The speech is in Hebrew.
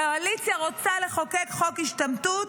הקואליציה רוצה לחוקק חוק השתמטות,